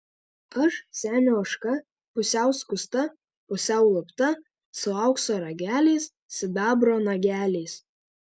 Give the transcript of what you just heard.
aš senio ožka pusiau skusta pusiau lupta su aukso rageliais sidabro nageliais